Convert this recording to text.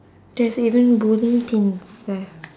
there's even bowling pins leh